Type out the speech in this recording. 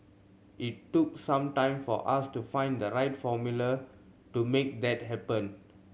it took some time for us to find the right formula to make that happen